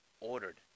ordered